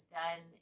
done